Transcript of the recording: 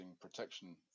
protection